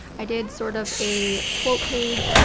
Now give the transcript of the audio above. i did sort of a quote page.